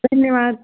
धन्यवाद